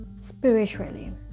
spiritually